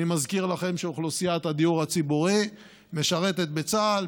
אני מזכיר לכם שאוכלוסיית הדיור הציבורי משרתת בצה"ל,